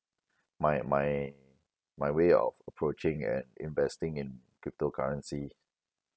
my my my way of approaching and investing in crypto currency